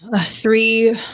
three